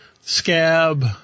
scab